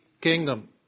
kingdom